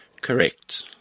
Correct